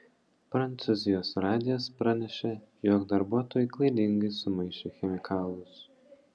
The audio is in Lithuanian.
prancūzijos radijas pranešė jog darbuotojai klaidingai sumaišė chemikalus